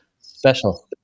Special